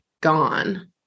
gone